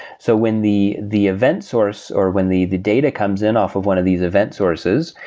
so when the the event source, or when the the data comes in off of one of these events sources,